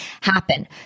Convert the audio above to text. happen